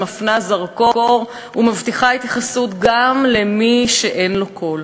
שמפנה זרקור ומבטיחה התייחסות גם למי שאין לו קול,